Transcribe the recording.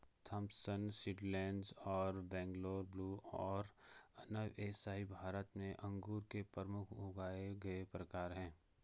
Thompson seedless और Bangalore blue और अनब ए शाही भारत में अंगूर के प्रमुख उगाए गए प्रकार हैं